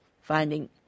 finding